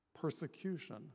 persecution